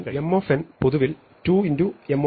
M പൊതുവിൽ 2 M 1 ആണ്